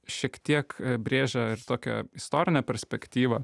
šiek tiek brėžia ir tokią istorinę perspektyvą